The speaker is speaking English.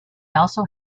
also